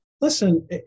Listen